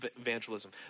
evangelism